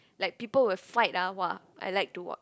like people will fight ah !wah! I like to watch